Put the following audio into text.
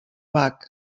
bach